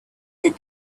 did